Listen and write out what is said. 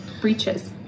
breaches